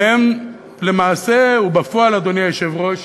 והם למעשה, או בפועל, אדוני היושב-ראש